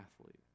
athlete